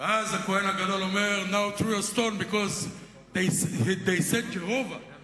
ואז הכוהן הגדול אומר: “now throw a stone because they said Jehovah”,